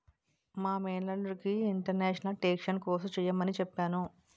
మా మేనల్లుడికి international taxation course చెయ్యమని చెప్పాను